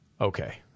Okay